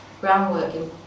groundwork